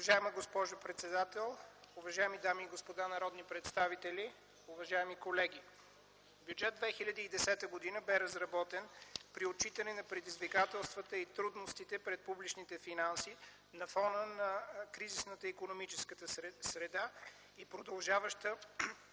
Уважаема госпожо председател, уважаеми дами и господа народни представители, уважаеми колеги! Бюджет 2010 г. бе разработен при отчитане на предизвикателствата и трудностите пред публичните финанси на фона на кризисната икономическа среда и продължаваща